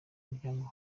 muryango